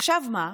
עכשיו מה?